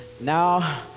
now